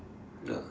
ya